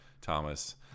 Thomas